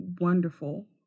wonderful